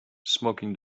smoking